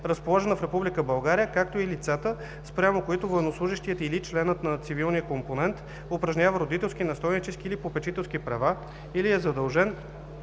България, както и лицата, спрямо които военнослужещият или членът на цивилния компонент упражнява родителски, настойнически или попечителски права или е задължен